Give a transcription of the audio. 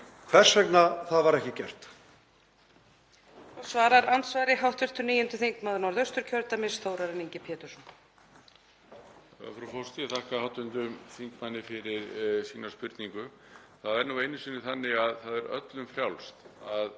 hvers vegna það var ekki gert.